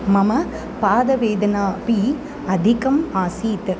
मम पादवेदना अपि अधिकम् आसीत्